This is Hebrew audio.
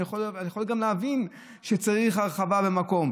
אני יכול גם להבין שצריך הרחבה במקום.